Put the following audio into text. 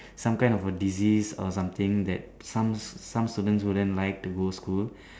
some kind of a disease or something that some some students wouldn't like to go school